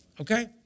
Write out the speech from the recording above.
Okay